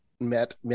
met